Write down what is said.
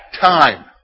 Time